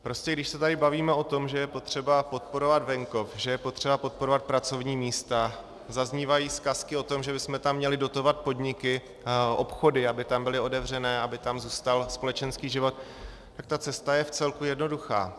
Prostě když se tady bavíme o tom, že je potřeba podporovat venkov, že je potřeba podporovat pracovní místa, zaznívají zkazky o tom, že bychom tam měli dotovat podniky, obchody, aby tam byly otevřené, aby tam zůstal společenský život, tak ta cesta je vcelku jednoduchá.